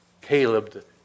Caleb